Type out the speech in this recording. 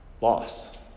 Loss